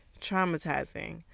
traumatizing